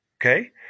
Okay